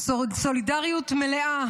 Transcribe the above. סולידריות מלאה,